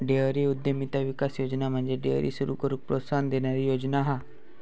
dairy उद्यमिता विकास योजना म्हणजे डेअरी सुरू करूक प्रोत्साहन देणारी योजना हा